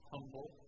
Humble